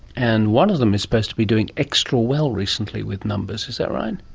and one of them is supposed to be doing extra well recently with numbers, is that right?